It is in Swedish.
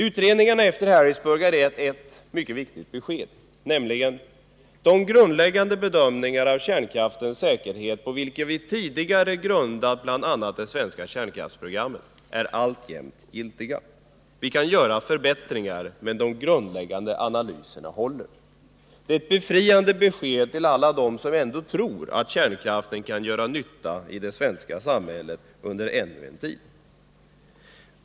Utredningarna efter Harrisburg har gett ett mycket viktigt besked: De grundläggande bedömningar av kärnkraftens säkerhet på vilka vi tidigare byggt bl.a. det svenska kärnkraftsprogrammet är alltjämt giltiga. Vi kan göra förbättringar, men de grundläggande analyserna håller. Det är ett befriande besked till alla dem som ändå tror att kärnkraften kan göra nytta i det svenska samhället under ännu en tid.